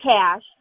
cash